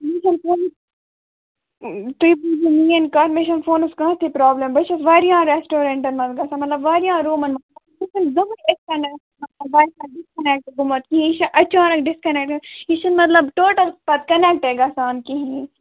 مےٚ حظ چھُنہٕ فونَس تُہۍ بوٗزِو میٲنۍ کَتھ مےٚ چھَنہٕ فونَس کانہہ تہِ پرابلم بہٕ چھس واریایہن ریسٹورَنٹَن مَنٛز گَژھان مطلب واریاہ روٗمَن مَنٛز گَژھان مَگر مےٚ چھُنہٕ زٕہٕنۍ اِتھ کَنیٚتھ گَژھان واے فاے دِسکَنٮ۪کٹ گومُت کِہیٖنۍ یہِ چھُ اچانَک دِسکَنٮ۪کٹ گَژھان یہِ چھُنہٕ مطلب ٹوٹل پَتہٕ کَنٮ۪کٹاے گِژھان کِہیٖنۍ